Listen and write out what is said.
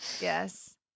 Yes